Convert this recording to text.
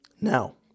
Now